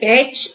H மற்றும் H